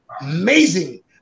amazing